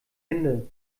hände